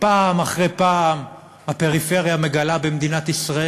פעם אחרי פעם הפריפריה במדינת ישראל